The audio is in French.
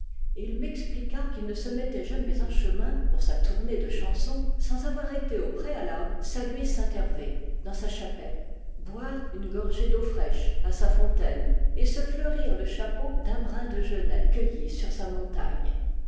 et il m'expliqua qu'il ne se mettait jamais en chemin pour sa tournée de chansons sans avoir été au préalable saluer saint hervé dans sa chapelle boire une gorgée d'eau fraîche à sa fontaine et se fleurir le chapeau d'un brin de genêt cueilli sur sa montagne